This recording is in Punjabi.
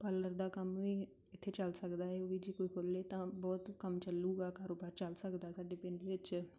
ਪਾਰਲਰ ਦਾ ਕੰਮ ਵੀ ਇੱਥੇ ਚੱਲ ਸਕਦਾ ਹੈ ਉਹ ਵੀ ਜੇ ਕੋਈ ਖੋਲ੍ਹੇ ਤਾਂ ਬਹੁਤ ਕੰਮ ਚੱਲੇਗਾ ਕਾਰੋਬਾਰ ਚੱਲ ਸਕਦਾ ਸਾਡੇ ਪਿੰਡ ਵਿੱਚ